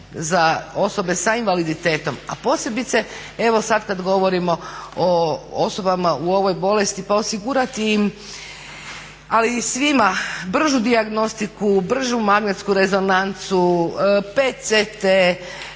za osobe s invaliditetom, a posebice evo sad kad govorimo o osobama u ovoj bolesti pa osigurati im, ali i svima bržu dijagnostiku, bržu magnetsku rezonancu, PCT,